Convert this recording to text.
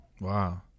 Wow